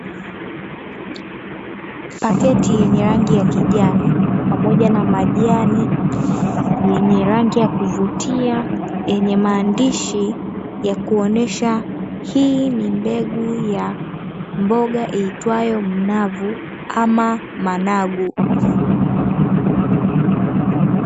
Paleti yenye rangi ya kijani pamoja na majani yenye rangi ya kuvutia yenye maandishi ya kuonyesha hii ni mbegu ya mboga iitwayo mnavu ama managu.